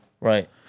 Right